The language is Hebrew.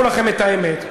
כל פעם אתם נותנים חצי שנה.